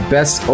Best